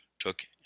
took